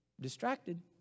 Distracted